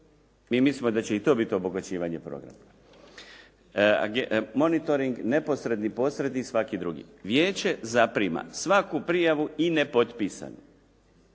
i mislimo da će i to biti obogaćivanje programa. Monitoring neposredni, posredni, svaki drugi. Vijeće zaprima svaku prijavu i nepotpisanu.